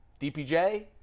dpj